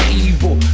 evil